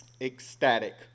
ecstatic